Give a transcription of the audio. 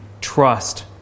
trust